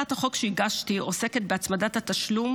הצעת החוק שהגשתי עוסקת בהצמדת התשלום